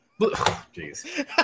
Jeez